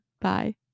bye